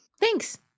Thanks